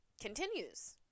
Continues